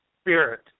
spirit